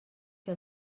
que